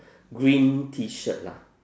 green T shirt lah